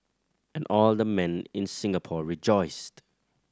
and all the men in Singapore rejoiced